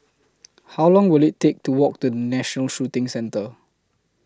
How Long Will IT Take to Walk to National Shooting Centre